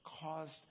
caused